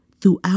throughout